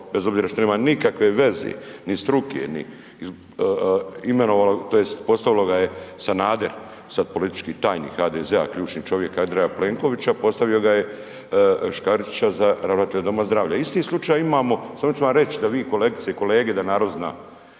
bez obzira što nema nikakve veze, ni struke, ni, imenovalo tj. postavilo ga je Sanader, sad politički tajnik HDZ-a, ključni čovjek Andreja Plenkovića, postavio ga je Škaričića za ravnatelja doma zdravlja. Isti slučaj imamo, samo ću vam reć da vi kolegice i kolege da narod zna.